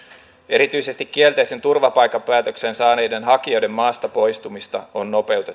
erityisesti kielteisen turvapaikkapäätöksen saaneiden hakijoiden maasta poistumista on nopeutettava hallitus